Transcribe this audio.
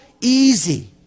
easy